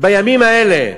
בימים האלה,